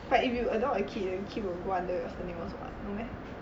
but if you adopt a kid the kid will go under your surname also [what] no meh